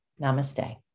Namaste